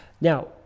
Now